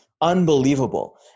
unbelievable